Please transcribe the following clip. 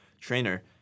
trainer